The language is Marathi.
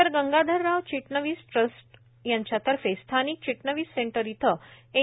सर गंगाधरराव चिटणवीस ट्रस्ट यांच्यातर्फे स्थानिक चिटणवीस सेंटर येथे एन